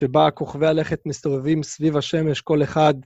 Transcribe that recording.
שבה כוכבי הלכת מסתובבים סביב השמש, כל אחד.